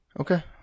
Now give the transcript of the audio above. Okay